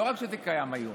לא רק שזה קיים היום,